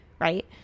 right